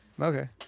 Okay